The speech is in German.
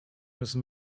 müssen